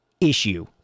issue